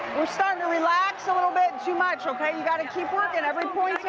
we're starting to relax a little bit too much, okay you got to keep working. every point's